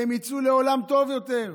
שהם יצאו לעולם טוב יותר.